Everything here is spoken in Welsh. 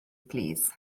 plîs